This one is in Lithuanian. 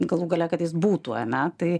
galų gale kad jis būtų ane tai